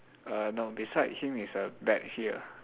uh no beside him is a bet here